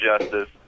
Justice